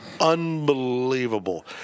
Unbelievable